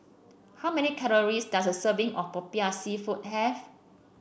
how many calories does a serving of popiah seafood have